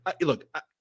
Look